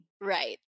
Right